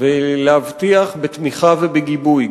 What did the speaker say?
ולהבטיח בתמיכה ובגיבוי,